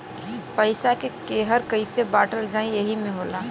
पइसा के केहर कइसे बाँटल जाइ एही मे होला